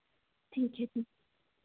ठीक है ठीक